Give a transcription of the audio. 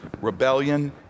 rebellion